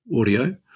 audio